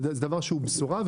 זה דבר שהוא בשורה.